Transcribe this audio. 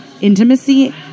intimacy